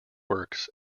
works